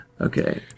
Okay